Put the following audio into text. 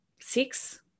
six